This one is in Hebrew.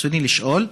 ברצוני לשאול: